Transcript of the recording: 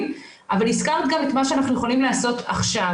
אבל הזכרת גם את מה שאנחנו יכולים לעשות עכשיו.